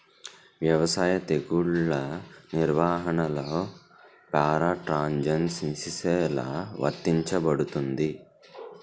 వ్యవసాయ తెగుళ్ల నిర్వహణలో పారాట్రాన్స్జెనిసిస్ఎ లా వర్తించబడుతుంది?